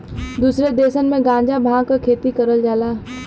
दुसरे देसन में गांजा भांग क खेती करल जाला